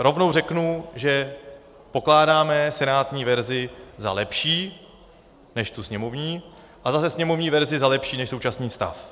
Rovnou řeknu, že pokládáme senátní verzi za lepší než tu sněmovní a zase sněmovní verzi za lepší než současný stav.